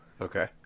Okay